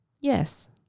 Yes